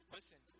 Listen